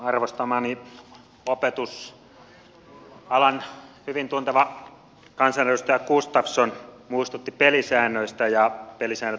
arvostamani opetusalan hyvin tunteva kansanedustaja gustafsson muistutti pelisäännöistä ja pelisäännöt ovat selvät